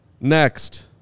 Next